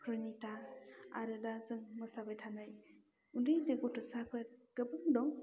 प्रनिथा आरो दा जों मोसाबाय थानाय उन्दै उन्दै गथ'साफोर गोबां दं